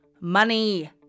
Money